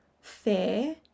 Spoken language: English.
fear